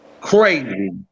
crazy